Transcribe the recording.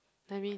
then we